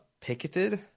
picketed